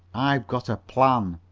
i've got a plan.